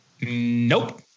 Nope